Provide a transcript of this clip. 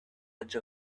edge